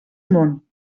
món